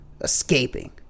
escaping